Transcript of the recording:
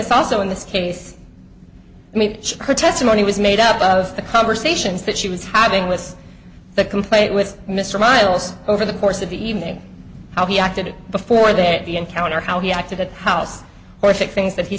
ss also in this case i mean testimony was made up of the conversations that she was having with the complaint with mr miles over the course of the evening how he acted before they had the encounter how he acted that house horrific things that he